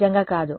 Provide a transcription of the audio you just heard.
నిజంగా కాదు